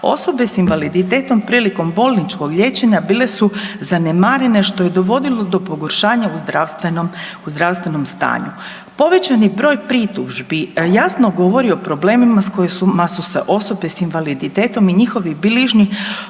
osobe s invaliditetom prilikom bolničkog liječenja bile su zanemarene što je dovodilo do pogoršanja u zdravstvenom, u zdravstvenom stanju. Povećani broj pritužbi jasno govori o problemima s kojima su se osobe s invaliditetom i njihovi bližnji